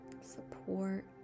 support